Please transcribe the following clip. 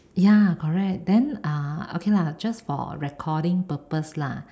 ya correct then uh okay lah just for recording purposes lah